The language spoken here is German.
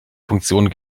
funktion